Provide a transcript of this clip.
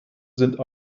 sind